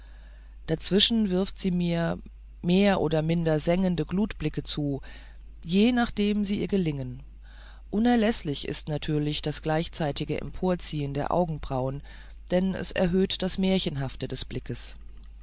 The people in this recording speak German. dazwischen wirft sie mir mehr oder minder sengende glutblicke zu je nachdem sie ihr gelingen unerläßlich ist natürlich das gleichzeitige emporziehen der augenbrauen denn es erhöht das märchenhafte des blickes